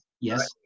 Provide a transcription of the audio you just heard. Yes